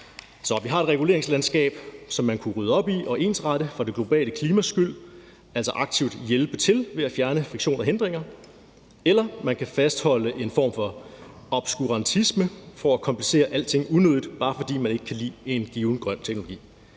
Så vi har et reguleringslandskab, som man kunne rydde op i og ensrette for det globale klimas skyld, altså aktivt hjælpe til ved at fjerne friktion og hindringer, eller man kan fastholde en form for obskurantisme for at komplicere alt unødigt, bare fordi man ikke kan lide en given grøn teknologi.